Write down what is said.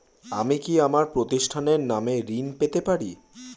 আমি কি আমার প্রতিষ্ঠানের নামে ঋণ পেতে পারি?